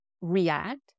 react